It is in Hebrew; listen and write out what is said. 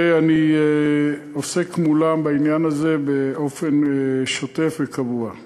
ואני עוסק מולם בעניין הזה באופן שוטף וקבוע.